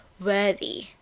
worthy